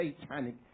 satanic